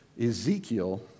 Ezekiel